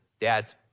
dads